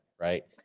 right